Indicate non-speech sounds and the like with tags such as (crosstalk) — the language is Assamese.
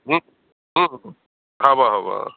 (unintelligible) হ'ব হ'ব